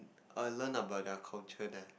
err learn about their culture there